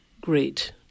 great